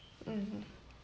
mm